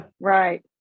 Right